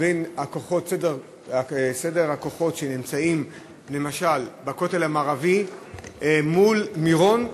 סדר הכוחות שנמצאים למשל בכותל המערבי מול מירון,